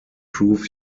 prove